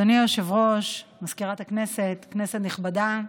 אדוני היושב-ראש, מזכירת הכנסת, כנסת נכבדה,